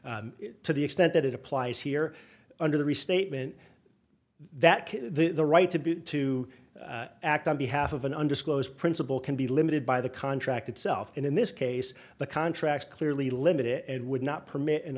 but to the extent that it applies here under the restatement that the right to be to act on behalf of an undisclosed principal can be limited by the contract itself and in this case the contracts clearly limit it and would not permit an